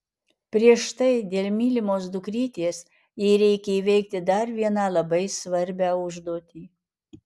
prieš tai dėl mylimos dukrytės jai reikia įveikti dar vieną labai svarbią užduotį